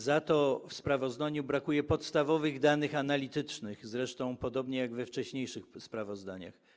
Za to w sprawozdaniu brakuje podstawowych danych analitycznych, zresztą podobnie jak we wcześniejszych sprawozdaniach.